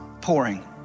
pouring